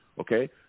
Okay